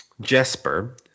Jesper